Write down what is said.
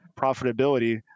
profitability